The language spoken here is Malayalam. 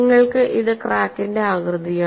നിങ്ങൾക്ക് ഇത് ക്രാക്കിന്റെ ആകൃതിയാണ്